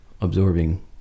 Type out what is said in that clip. absorbing